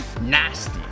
nasty